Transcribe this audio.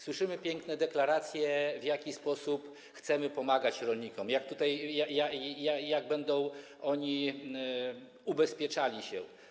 Słyszymy piękne deklaracje, w jaki sposób chcemy pomagać rolnikom, jak będą oni ubezpieczali się.